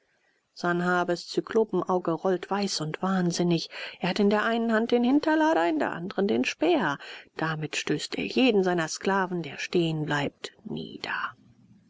sanhabes zyklopenauge rollt weiß und wahnsinnig er hat in der einen hand den hinterlader in der andren den speer damit stößt er jeden seiner sklaven der stehen bleibt nieder